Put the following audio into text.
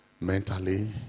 mentally